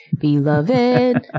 beloved